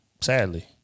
Sadly